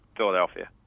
Philadelphia